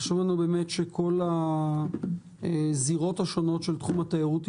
חשוב לנו שכל הזירות השונות של תחום התיירות תשמענה.